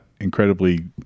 incredibly